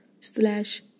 slash